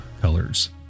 colors